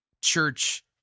church